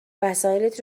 وسایلت